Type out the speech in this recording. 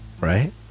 right